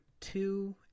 two